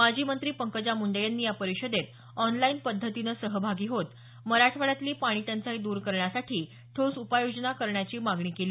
माजी मंत्री पंकजा मुंडे यांनी या परिषदेत ऑनलाईन पद्धतीनं सहभागी होत मराठवाड्यातली पाणी टंचाई दूर करण्यासाठी ठोस उपाययोजना करण्याची मागणी केली